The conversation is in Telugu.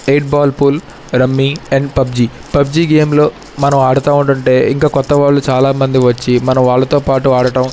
eight ball pool rummy and PUBG PUBG గేమ్లో మనం ఆడతూ ఉంటే ఇంకా కొత్త వాళ్ళు చాలామంది వచ్చి మన వాళ్ళతో పాటు ఆడటం